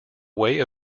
way